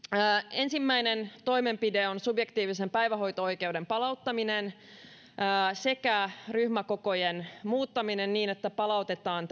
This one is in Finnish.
ensimmäinen toimenpide on subjektiivisen päivähoito oikeuden palauttaminen sekä ryhmäkokojen muuttaminen niin että palautetaan